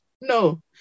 No